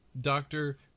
doctor